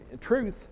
truth